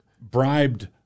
bribed